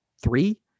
three